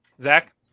Zach